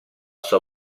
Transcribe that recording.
sua